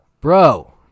Bro